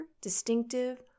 distinctive